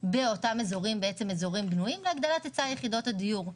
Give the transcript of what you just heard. באותם אזורים בנויים להגדלת היצע יחידות הדיור.